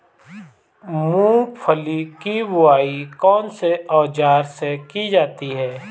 मूंगफली की बुआई कौनसे औज़ार से की जाती है?